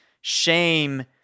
shame